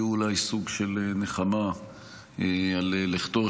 יהיה אולי סוג של נחמה על לכתו,